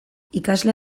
ikasle